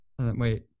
Wait